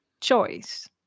choice